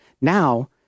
now